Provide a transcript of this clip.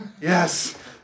yes